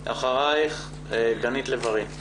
אחריך גנית לב-ארי.